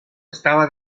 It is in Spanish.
estaba